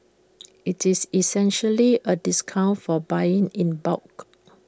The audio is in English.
IT is essentially A discount for buying in bulk